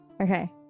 Okay